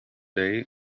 day